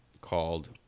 called